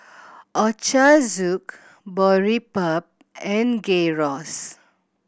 Ochazuke Boribap and Gyros